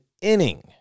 inning